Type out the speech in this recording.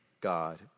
God